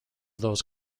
those